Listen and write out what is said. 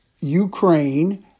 Ukraine—